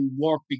work